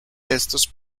estos